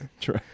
True